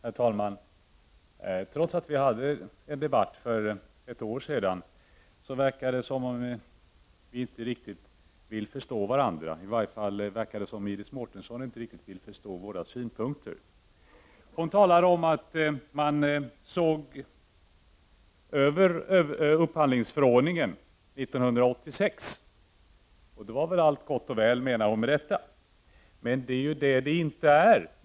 Herr talman! Trots att vi hade en debatt för ett år sedan verkar det som om vi inte riktigt vill förstå varandra. I varje fall tycks det som om Iris Mårtensson inte riktigt vill förstå våra synpunkter. Hon pekar på att man såg över upphandlingsförordningen 1986 och menar att allting därmed är gott och väl. Men det är ju inte så.